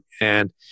and-